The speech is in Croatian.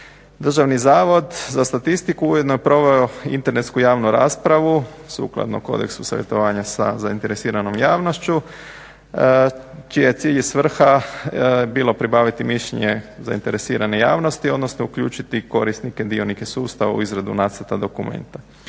Državni zavod za statistiku ujedno je proveo internetsku javnu raspravu sukladno Kodeksu savjetovanja sa zainteresiranom javnošću čiji je cilj i svrha bilo pribaviti mišljenje zainteresirane javnosti, odnosno uključiti korisnike, dionike sustava u izradu nacrta dokumenta.